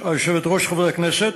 היושבת-ראש, חברי הכנסת,